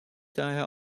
daher